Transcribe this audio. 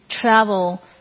travel